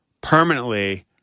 permanently